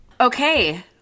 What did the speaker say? Okay